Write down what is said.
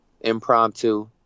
impromptu